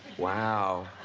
wow